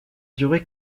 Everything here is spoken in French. duré